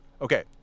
Okay